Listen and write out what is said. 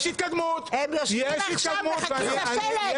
יש התקדמות, ואת יודעת את זה,